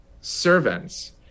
servants